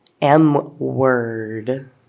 M-word